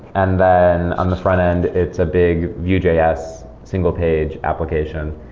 and then and front-end, it's a big vue js single page application.